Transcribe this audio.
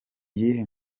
iyihe